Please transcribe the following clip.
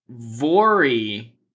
Vori